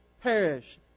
perish